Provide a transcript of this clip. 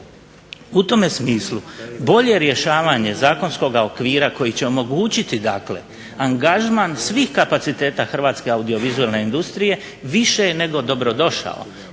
U tome smislu bolje rješavanje zakonskog okvira koji će omogućiti angažman svih kapaciteta hrvatske audiovizualne industrije više je nego dobro došao.